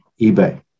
eBay